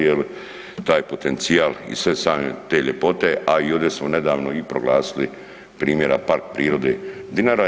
Jer taj potencijal i same te ljepote, a i ovdje smo nedavno i proglasili primjera park prirode Dinara.